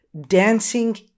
dancing